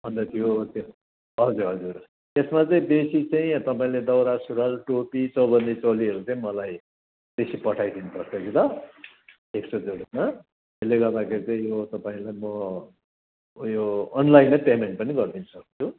अन्त त्यो त्यो हजुर हजुर त्यसमा चाहिँ बेसी चाहिँ तपाईँले दौरा सुरुवाल टोपी चौबन्दी चोलीहरू चाहिँ मलाई बेसी पठाइ दिनुपर्छ कि ल एक सौ जोडी ल त्यसले गर्दाखेरि चाहिँ यो तपाईँलाई म उयो अनलाइनै पेमेन्ट पनि गरिदिनु सक्छु